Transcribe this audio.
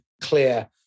clear